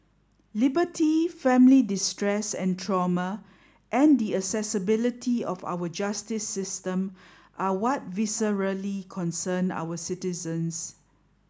liberty family distress and trauma and the accessibility of our justice system are what viscerally concern our citizens